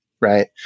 right